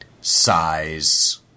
size